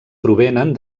provenen